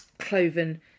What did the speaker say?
Cloven